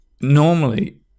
normally